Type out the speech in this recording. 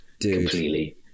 completely